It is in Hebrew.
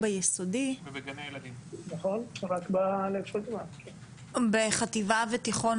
שבגלל זה לא רוצים לייצר חריג להצגות ולטיולים